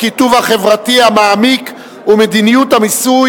הקיטוב החברתי המעמיק ומדיניות המיסוי